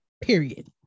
period